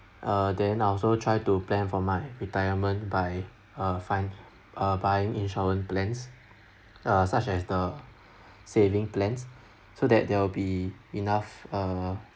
uh then I also try to plan for my retirement by uh fine uh buying insurance plans uh such as the saving plans so that there will be enough uh